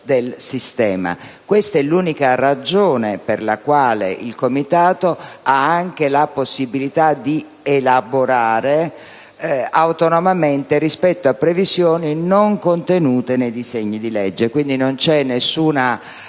Questa è l'unica ragione per la quale il Comitato ha anche la possibilità di elaborare autonomamente rispetto a previsioni non contenute nei disegni di legge. Quindi non c'è alcun